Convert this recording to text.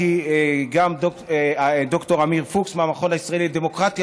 גם ד"ר עמיר פוקס מהמכון הישראלי לדמוקרטיה,